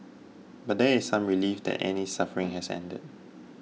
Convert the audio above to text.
but there is some relief that Annie's suffering has ended